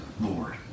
Lord